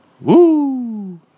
Woo